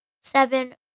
Seven